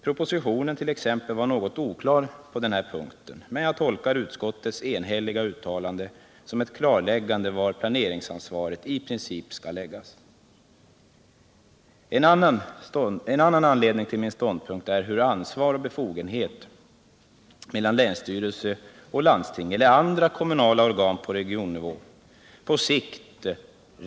Propositionen t.ex. var något oklar på denna punkt, men jag tolkar utskottets enhälliga uttalande som ett klarläggande av var planeringsansvaret i princip skall läggas. En annan anledning till min ståndpunkt är frågan om hur ansvar och befogenhet på sikt rent principiellt skall fördelas mellan länsstyrelse och landsting — eller andra kommunala organ på regionnivå.